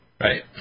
Right